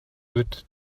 with